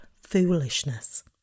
foolishness